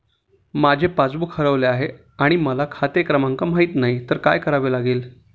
माझे पासबूक हरवले आहे आणि मला खाते क्रमांक माहित नाही तर काय करावे लागेल?